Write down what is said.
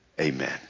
amen